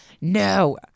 no